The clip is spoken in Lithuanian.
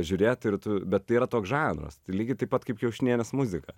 žiūrėt ir tu bet tai yra toks žanras lygiai taip pat kaip kiaušinienės muzika